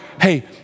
hey